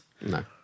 No